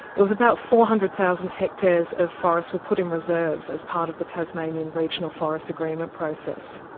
it was about four hundred thousand hectares of forests were put in reserves as part of the tasmanian regional forest agreement process,